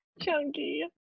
chunky